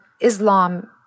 Islam